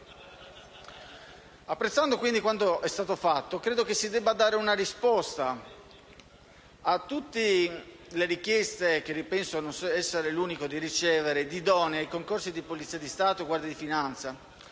Apprezzando quindi quanto è stato fatto, credo si debba dare una risposta a tutte le richieste, che non penso di essere l'unico a ricevere, provenienti da idonei ai concorsi di Polizia di Stato e Guardia di finanza.